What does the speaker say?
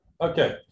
Okay